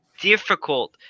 difficult